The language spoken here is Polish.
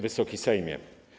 Wysoki Sejmie!